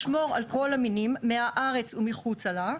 לשמור על כל המינים מהארץ ומחוצה לה.